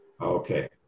Okay